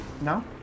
No